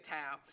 town